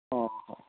হ্যাঁ হ্যাঁ